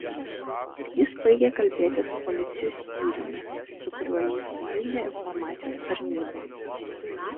jis baigė kalbėti su policijos skyriumi su kuriuo jį sujungė informacijos tarnyba